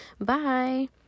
bye